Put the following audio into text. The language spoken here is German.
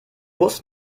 bus